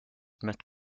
met